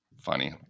funny